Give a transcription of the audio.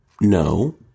No